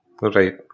Right